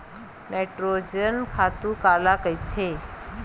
Nitrogen खातु काला कहिथे?